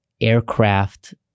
aircraft